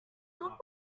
look